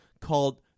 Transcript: called